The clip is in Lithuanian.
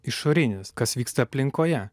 išorinius kas vyksta aplinkoje